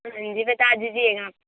ہوں جی بتا دیجئے گا آپ